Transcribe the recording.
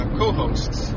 co-hosts